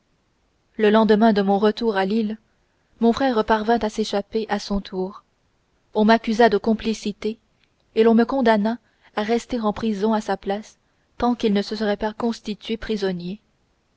le lendemain de mon retour à lille mon frère parvint à s'échapper à son tour on m'accusa de complicité et l'on me condamna à rester en prison à sa place tant qu'il ne se serait pas constitué prisonnier